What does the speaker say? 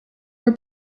were